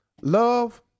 Love